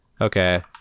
Okay